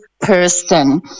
person